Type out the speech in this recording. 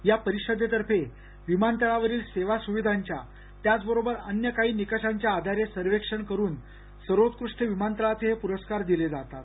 या परिषदेतर्फे विमानतळावरील सेवा सुविधांच्या त्याचबरोबर अन्य काही निकषांच्या आधारे सर्वेक्षण करून सर्वोत्कृष्ट विमानतळाचे हे प्रस्कार दिले जातात